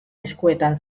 eskuetan